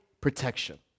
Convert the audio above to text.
protection